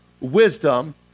wisdom